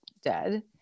dead